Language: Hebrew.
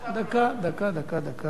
דקה, דקה, דקה, דקה,